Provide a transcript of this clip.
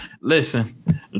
listen